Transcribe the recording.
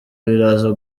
biraza